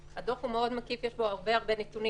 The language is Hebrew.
הדוח הוא מאוד מקיף, יש בו הרבה הרבה נתונים.